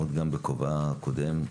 עוד מאז כובעה הקודם.